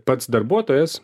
pats darbuotojas